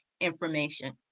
information